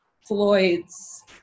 Floyd's